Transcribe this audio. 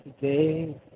today